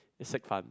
it's like fun